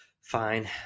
Fine